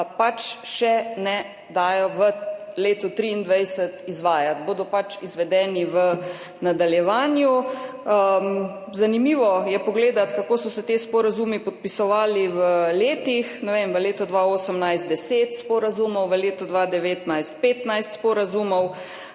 še ne da v letu 2023 izvajati, bodo pač izvedeni v nadaljevanju. Zanimivo je pogledati, kako so se ti sporazumi podpisovali po letih. Ne vem, v letu 2018 10 sporazumov, v letu 2019 15 sporazumov,